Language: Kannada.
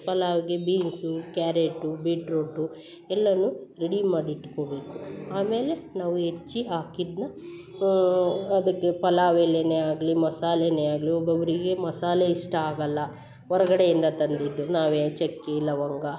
ಪಲಾವ್ಗೆ ಬೀನ್ಸು ಕ್ಯಾರೇಟು ಬೀಟ್ರೋಟು ಎಲ್ಲನು ರೆಡಿ ಮಾಡಿ ಇಟ್ಕೊಬೇಕು ಆಮೇಲೆ ನಾವು ಹೆಚ್ಚಿ ಹಾಕಿದ್ದನ್ನ ಅದಕ್ಕೆ ಪಲಾವ್ ಎಲೆಯೇ ಆಗಲಿ ಮಸಾಲೆಯೇ ಆಗಲಿ ಒಬ್ಬೊಬ್ಬರಿಗೆ ಮಸಾಲೆ ಇಷ್ಟ ಆಗಲ್ಲ ಹೊರಗಡೆಯಿಂದ ತಂದಿದ್ದು ನಾವೇ ಚಕ್ಕೆ ಲವಂಗ